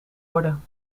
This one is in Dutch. worden